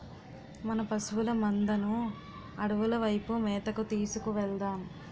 మన పశువుల మందను అడవుల వైపు మేతకు తీసుకు వెలదాం